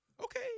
Okay